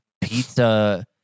pizza